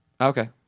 Okay